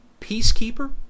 Peacekeeper